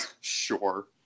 Sure